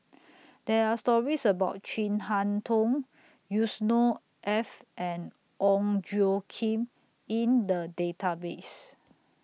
There Are stories about Chin Harn Tong Yusnor Ef and Ong Tjoe Kim in The Database